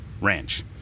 ranch